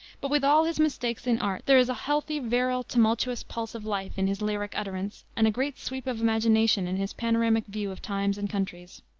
but with all his mistakes in art there is a healthy, virile, tumultuous pulse of life in his lyric utterance and a great sweep of imagination in his panoramic view of times and countries.